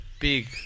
big